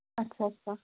اَدٕ سا اَدٕ سا